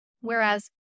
whereas